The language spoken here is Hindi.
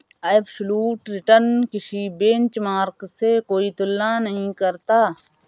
एबसोल्यूट रिटर्न किसी बेंचमार्क से कोई तुलना नहीं करता